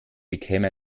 bekäme